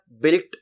built